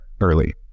early